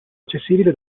accessibile